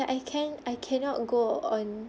like I can't I cannot go on